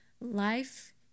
life